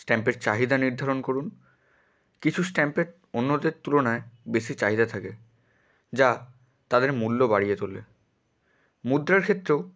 স্ট্যাম্পের চাহিদা নির্ধারণ করুন কিছু স্ট্যাম্পের অন্যদের তুলনায় বেশি চাহিদা থাকে যা তাদের মূল্য বাড়িয়ে তোলে মুদ্রার ক্ষেত্রেও